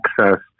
access